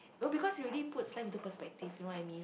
no because you already put his life into perspective you know what I mean